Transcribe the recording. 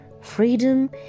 freedom